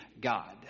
God